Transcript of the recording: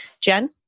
Jen